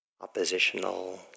oppositional